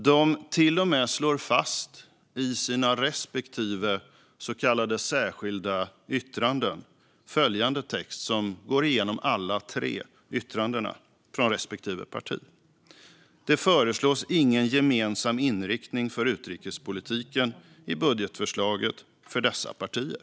I sina så kallade särskilda yttranden slår de tre partierna fast följande text, som finns i yttrandena från respektive parti: Det "föreslås ingen gemensam inriktning för utrikespolitiken i budgetförslaget för dessa partier".